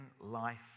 life